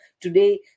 today